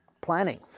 planning